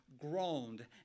groaned